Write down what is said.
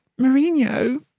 Mourinho